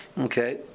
Okay